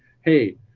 hey